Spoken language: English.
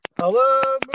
Hello